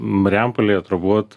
marijampolėje turbūt